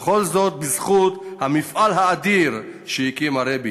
וכל זאת בזכות המפעל האדיר שהקים הרבי.